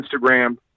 Instagram